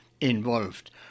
involved